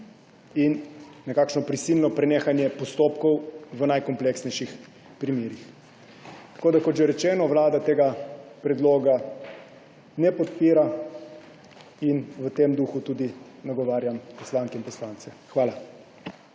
in nekakšno prisilno prenehanje postopkov v najkompleksnejših primerih. Kot že rečeno, Vlada tega predloga ne podpira, in v tem duhu tudi nagovarjam poslanke in poslance. Hvala.